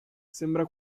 sembra